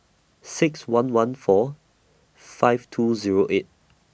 six one one four five two Zero eight